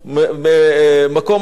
מקום אחר,